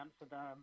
Amsterdam